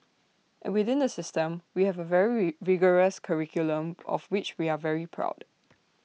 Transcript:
and within the system we have A very re rigorous curriculum of which we are very proud